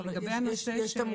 אבל יש תמרוקים